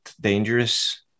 dangerous